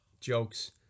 Jokes